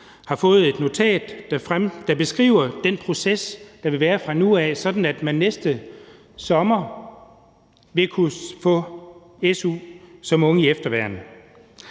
har fået et notat, der beskriver den proces, der vil være fra nu af, hvor man næste sommer vil kunne få su som ung i efterværn.